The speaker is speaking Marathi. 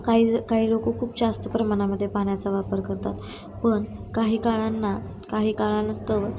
काही ज काही लोक खूप जास्त प्रमाणामध्ये पाण्याचा वापर करतात पण काही काळांना काही कारणास्तव